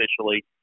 officially